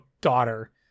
daughter